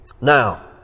Now